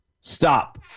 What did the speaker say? stop